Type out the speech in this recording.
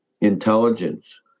intelligence